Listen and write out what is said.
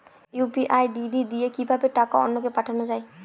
UPI ID দিয়ে কিভাবে টাকা অন্য কে পাঠানো যায়?